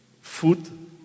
food